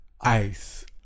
Ice